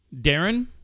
Darren